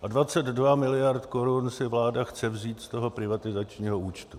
A 22 mld. korun si vláda chce vzít z toho privatizačního účtu.